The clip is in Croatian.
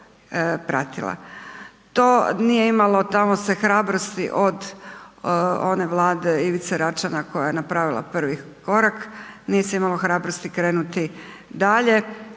To nije imalo, tamo se hrabrosti od one Vlade Ivice Račana koja je napravila prvi korak, nije se imalo hrabrosti krenuti dalje